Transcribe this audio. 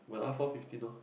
mine R-four fifteen loh